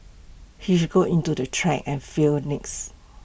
he should go into the track and field next